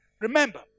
Remember